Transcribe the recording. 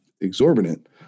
exorbitant